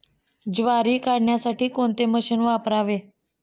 ज्वारी काढण्यासाठी कोणते मशीन वापरावे?